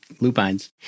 lupines